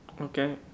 Okay